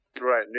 right